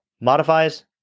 Modifies